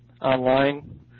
online